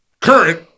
current